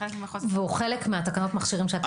והוא חלק מתקנות המכשירים שאתם מביאים פה.